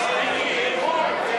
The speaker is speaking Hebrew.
אלקין נתקבלה.